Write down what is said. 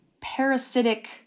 parasitic